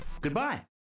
Goodbye